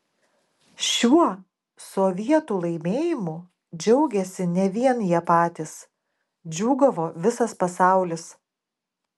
šiuo sovietų laimėjimu džiaugėsi ne vien jie patys džiūgavo visas pasaulis